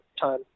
time